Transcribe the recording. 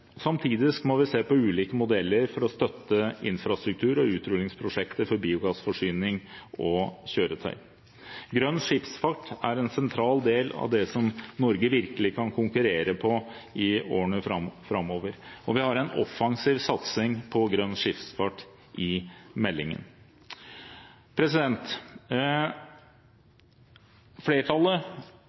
Samtidig må vi se på ulike modeller for å støtte infrastruktur og utrullingsprosjekter for biogassforsyning og -kjøretøy. Grønn skipsfart er en sentral del av det som Norge virkelig kan konkurrere på i årene framover. Vi har en offensiv satsing på grønn skipsfart i meldingen. Flertallet